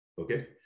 Okay